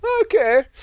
Okay